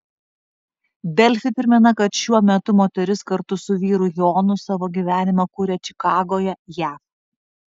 delfi primena kad šiuo metu moteris kartu su vyru jonu savo gyvenimą kuria čikagoje jav